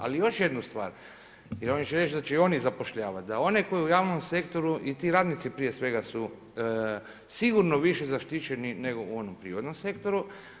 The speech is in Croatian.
Ali još jednu stvar, ja vam želim reći da će i oni zapošljavati, da one koji u javnom sektoru i ti radnici prije svega su sigurno više zaštićeni nego u onom privatnom sektoru.